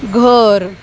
घर